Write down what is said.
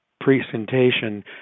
presentation